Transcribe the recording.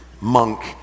monk